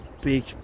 big